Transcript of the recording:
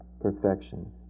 perfection